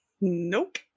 Nope